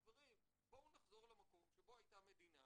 חברים, בואו נחזור למקום שבו הייתה מדינה